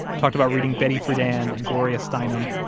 talked about reading betty friedan and gloria steinem,